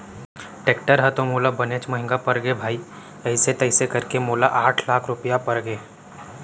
tractor ह तो मोला बनेच महँगा परगे भाई अइसे तइसे करके मोला आठ लाख रूपया परगे